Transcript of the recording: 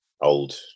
old